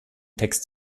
text